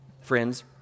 Friends